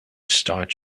starts